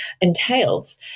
entails